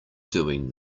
doing